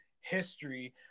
history